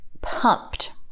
pumped